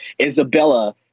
Isabella